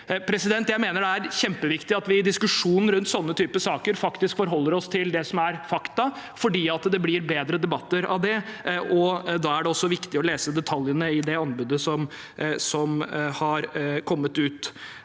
viktige. Jeg mener det er kjempeviktig at vi i diskusjonen rundt sånne typer saker faktisk forholder oss til det som er fakta, for det blir bedre debatter av det. Da er det også viktig å lese detaljene i det anbudet som har kommet fra